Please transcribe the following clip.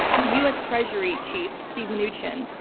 the u. s. treasury chief, steve mnuchin,